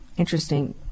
Interesting